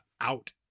out